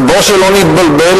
ובואו לא נתבלבל,